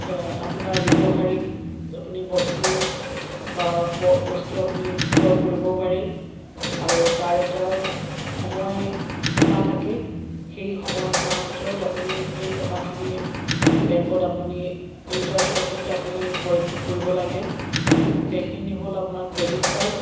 আপোনাৰ ব্যৱহাৰিক আপুনি বস্তু বা ব বস্তু আপুনি ক্ৰয় কৰিব পাৰে আৰু তাৰ এটা সময়সীমা থাকে সেই সময়সীমাৰ ভিতৰত আপুনি সেই টকাখিনি বেংকত আপুনি ইণ্টাৰেষ্টৰ সৈতে আপুনি পৰিশোধ কৰিব লাগে সেইখিনি হ'ল আপোনাৰ ক্ৰেডিট কাৰ্ড